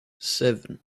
seven